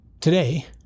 Today